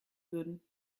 würden